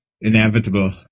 inevitable